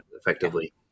effectively